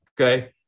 Okay